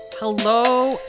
Hello